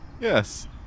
yes